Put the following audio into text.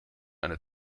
eine